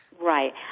right